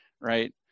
right